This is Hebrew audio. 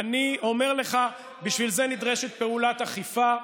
אני אומר לך, בשביל זה נדרשת פעולת אכיפה,